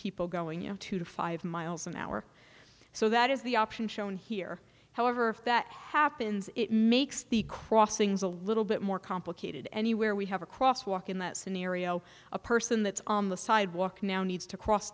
people going you know two to five miles an hour so that is the option shown here however if that happens it makes the crossings a little bit more complicated anywhere we have a cross walk in that scenario a person that's on the sidewalk now needs to cross